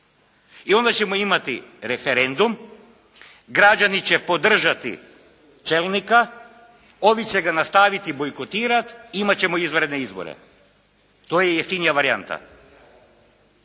I onda ćemo imati referendum, građani će podržati čelnika, ovi će ga nastaviti bojkotirati, imati ćemo izvanredne izbore. To je jeftinija varijanta